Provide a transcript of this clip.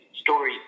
story